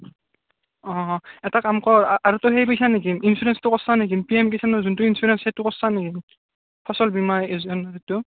অ' এটা কাম কৰ আৰু তই সেই পাইছ নেকি ইঞ্চুৰেঞ্চটো কৰিছ নেকি যিটো ইঞ্চুৰেঞ্চ সেইটো কৰিছ নেকি ফচল বীমা য়োজনাৰ সেইটো